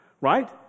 right